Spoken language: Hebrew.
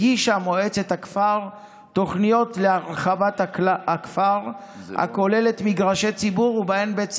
הגישה מועצת הכפר תוכנית להרחבת הכפר הכוללת מגרשי ציבור ובהם בית ספר.